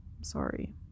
sorry